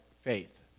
faith